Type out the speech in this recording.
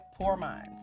poorminds